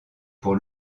pour